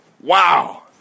Wow